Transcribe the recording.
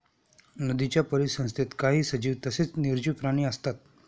नदीच्या परिसंस्थेत काही सजीव तसेच निर्जीव प्राणी असतात